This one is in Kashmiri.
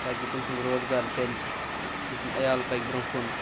تاکہِ تٔمۍ سُنٛد روزگار چَلہِ تٔمۍ سُنٛد عیال پَکہِ برٛونٛہہ کُن